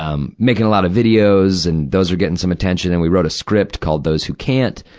um, making a lot of videos, and those were getting some attention. and we wrote a script called those who can't,